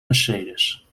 mercedes